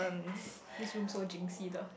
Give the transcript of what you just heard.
this room so jinxy the